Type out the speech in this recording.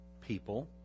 people